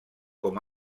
com